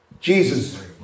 Jesus